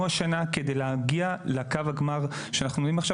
השנה כדי להגיע לקו הגמר שאנחנו רואים עכשיו.